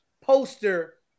poster